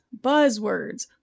buzzwords